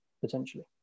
potentially